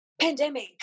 Pandemic